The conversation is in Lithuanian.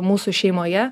mūsų šeimoje